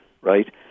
right